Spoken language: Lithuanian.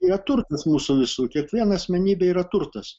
yra turtas mūsų visų kiekviena asmenybė yra turtas